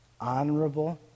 honorable